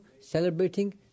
celebrating